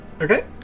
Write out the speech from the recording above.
Okay